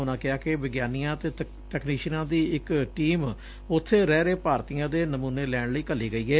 ਉਨਾਂ ਕਿਹਾ ਕਿ ਵਿਗਿਆਨੀਆਂ ਅਤੇ ਤਕਨੀਸ਼ੀਅਨਾਂ ਦੀ ਇਕ ਟੀਮ ਉਂਬੇ ਰਹਿ ਰਹੇ ਭਾਰਤੀਆਂ ਦੇ ਨਮੁਨੇ ਲੈਣ ਲਈ ਘੱਲੀ ਗਈ ਏ